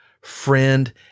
friend